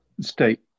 state